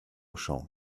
schauen